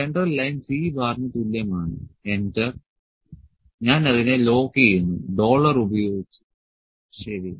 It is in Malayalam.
സെൻട്രൽ ലൈൻ Cന് തുല്യമാണ് എന്റർ ഞാൻ അതിനെ ലോക്ക് ചെയ്യുന്നു ഡോളർ ഉപയോഗിച്ച് ശരി